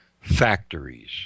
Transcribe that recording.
factories